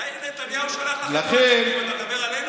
יאיר נתניהו שולח לכם ווטסאפים, אתה מדבר עלינו?